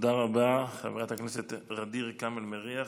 תודה רבה, חברת הכנסת ע'דיר כמאל מריח.